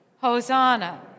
Hosanna